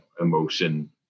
emotion